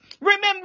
Remember